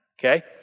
okay